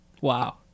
Wow